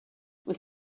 wyt